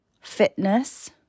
fitness